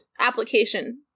application